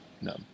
no